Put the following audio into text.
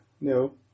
No